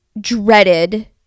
dreaded